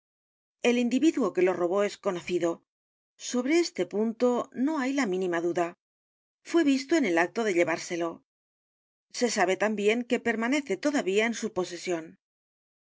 el individuo que lo robó es conocido sobre este punto no hay la mínima duda fué visto en el acto de llevárselo se sabe también que permanece todavía en su posesión